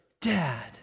Dad